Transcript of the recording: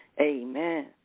Amen